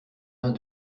uns